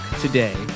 today